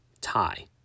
tie